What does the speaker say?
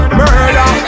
murder